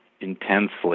intensely